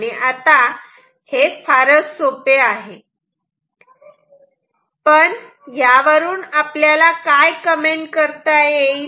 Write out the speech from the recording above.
आता हे फारच सोपे आहे पण यावरून आपल्याला काय कमेंट करता येईल